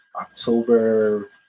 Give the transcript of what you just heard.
October